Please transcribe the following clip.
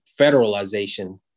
federalization